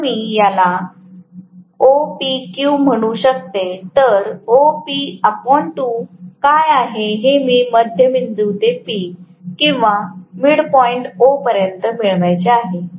जर मी याला OPQ म्हणू शकते तर OP2 काय आहे ते मी मध्यबिंदू ते P किंवा मिडपॉईंट O पर्यंत मिळवायचे आहे